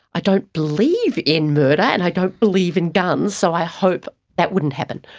i don't believe in murder and i don't believe in guns, so i hope that wouldn't happen.